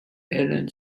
ellen